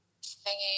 singing